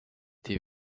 des